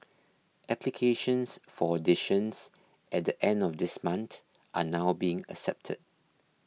applications for auditions at the end of this month are now being accepted